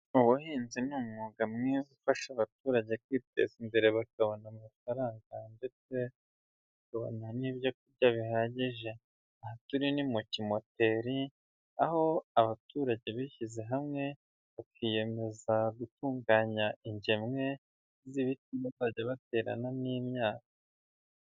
Ubuhinzi ni umwuga mwiza, ufasha abaturage kwiteza imbere bakabona amafaranga, ndetse bakabona n'ibyo kurya bihagije. Aha turi ni mu kimoteri, aho abaturage bishyize hamwe, bakiyemeza gutunganya ingemwe z'ibiti, bazajya baterana n'imyaka.